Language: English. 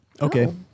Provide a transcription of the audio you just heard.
Okay